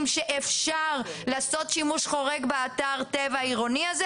שאפשר לעשות שימוש חורג באתר טבע עירוני הזה,